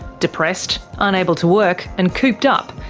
depressed, unable to work and cooped up,